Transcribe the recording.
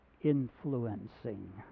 influencing